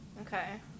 Okay